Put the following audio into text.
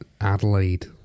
Adelaide